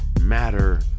matter